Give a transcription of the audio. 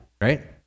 right